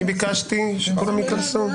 אני ביקשתי שכולם ייכנסו.